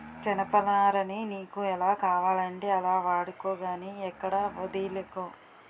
జనపనారని నీకు ఎలా కావాలంటే అలా వాడుకో గానీ ఎక్కడా వొదిలీకు